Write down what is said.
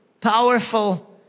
powerful